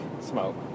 smoke